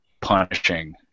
punishing